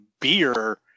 beer